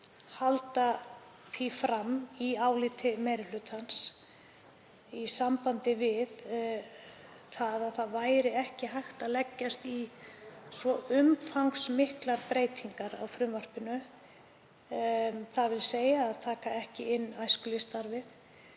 halda því fram í áliti meiri hlutans í sambandi við að ekki væri hægt að leggjast í svo umfangsmiklar breytingar á frumvarpinu, þ.e. að taka ekki inn æskulýðsstarfið